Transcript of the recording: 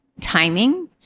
timing